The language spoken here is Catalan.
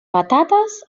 patates